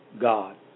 God